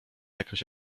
jakaś